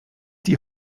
die